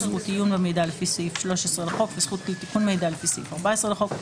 זכות עיון במידע לפי סעיף 13 לחוק וזכות לתיקון מידע לפי סעיף 14 לחוק.